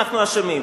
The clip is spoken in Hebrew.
אנחנו אשמים.